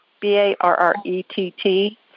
B-A-R-R-E-T-T